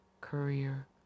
Courier